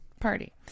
party